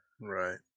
right